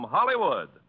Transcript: Hollywood